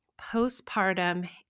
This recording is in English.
postpartum